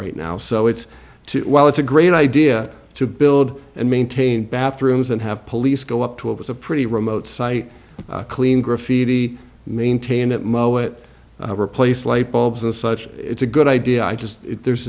right now so it's too well it's a great idea to build and maintain bathrooms and have police go up to it was a pretty remote site clean graffiti maintained at moet place light bulbs and such it's a good idea i just there's